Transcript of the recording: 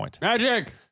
Magic